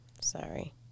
sorry